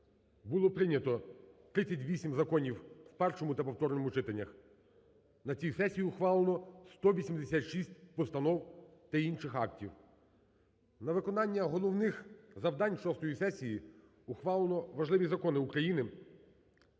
Було прийнято 38 законів в першому та повторному читаннях. На цій сесії ухвалено 186 постанов та інших актів. На виконання головних завдань шостої сесії ухвалено важливі закони України,